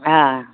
हा हा